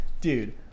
Dude